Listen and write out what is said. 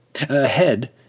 Ahead